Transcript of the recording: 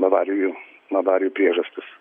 avarijų avarijų priežastis